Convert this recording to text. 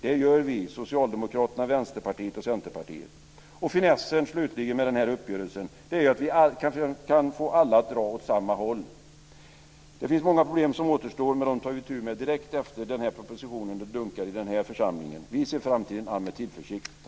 Det gör vi, Finessen med den här uppgörelsen, slutligen, är att vi kan få alla att dra åt samma håll. Det finns många problem som återstår, men dem tar vi itu med direkt efter det att den här propositionen är "dunkad" i den här församlingen. Vi ser framtiden an med tillförsikt.